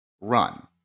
run